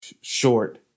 short